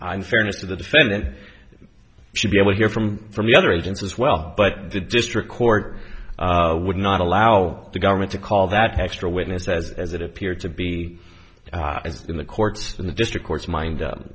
i'm fairness of the defendant should be able to hear from from the other agents as well but the district court would not allow the government to call that extra witness as as it appeared to be in the court in the district court's mind